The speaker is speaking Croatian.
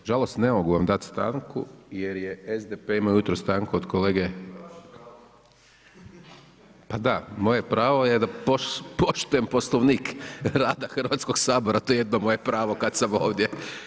Nažalost ne mogu vam dat stanku jer je SDP imao ujutro stanku od kolege … [[Upadica se ne čuje.]] Pa da moje pravo je da poštujem Poslovnik rada Hrvatskog sabora, to je jedino moje pravo kad sam ovdje.